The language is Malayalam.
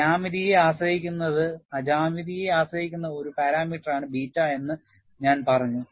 ജ്യാമിതിയെ ആശ്രയിച്ചിരിക്കുന്ന ഒരു പാരാമീറ്ററാണ് ബീറ്റ എന്ന് ഞാൻ പറഞ്ഞു